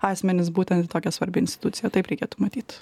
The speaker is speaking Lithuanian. asmenis būtent į tokią svarbią instituciją taip reikėtų matyt